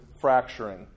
fracturing